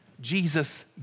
Jesus